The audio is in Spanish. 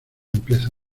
empieza